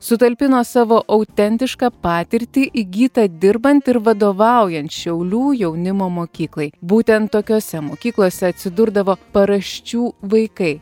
sutalpino savo autentišką patirtį įgytą dirbant ir vadovaujant šiaulių jaunimo mokyklai būtent tokiose mokyklose atsidurdavo paraščių vaikai